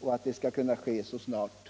och att det skall ske så snart som möjligt.